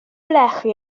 lechi